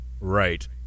Right